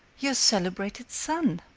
your celebrated son!